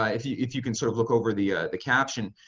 ah if you if you can sort of look over the the caption,